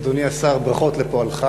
ראשית, אדוני השר, ברכות על פועלך.